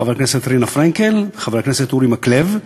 חברת הכנסת רינה פרנקל וחבר הכנסת אורי מקלב.